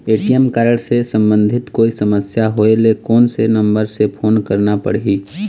ATM card से संबंधित कोई समस्या होय ले, कोन से नंबर से फोन करना पढ़ही?